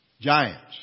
Giants